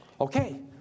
Okay